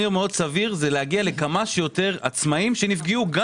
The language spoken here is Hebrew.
מאוד סביר זה להגיע לכמה שיותר עצמאים שנפגעו גם